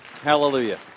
Hallelujah